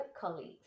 colleagues